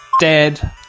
dead